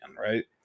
right